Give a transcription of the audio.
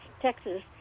Texas